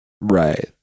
Right